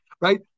Right